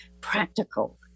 practical